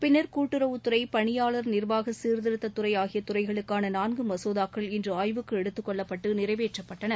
பின்னர் கூட்டுறவுத் துறை பணியாளர் நிர்வாக சீர்திருத்தத்துறை ஆகிய துறைகளுக்கான நான்கு மசோதாக்கள் இன்று ஆய்வுக்கு எடுத்துக் கொள்ளப்பட்டு நிறைவேற்றப்பட்டன